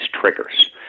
triggers